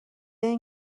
این